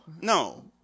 No